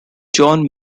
john